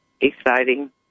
Exciting